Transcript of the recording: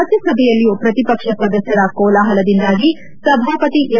ರಾಜ್ಯಸಭೆಯಲ್ಲಿ ಪ್ರತಿಪಕ್ಷ ಸದಸ್ಕರ ಕೋಲಾಪಲದಿಂದಾಗಿ ಸಭಾಪತಿ ಎಂ